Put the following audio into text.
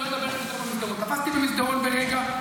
הוא תפס אותי במסדרון ברגע,